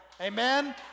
amen